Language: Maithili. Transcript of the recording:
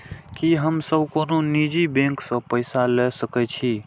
की हम सब कोनो निजी बैंक से पैसा ले सके छी?